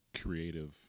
creative